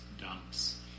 dumps